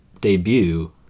debut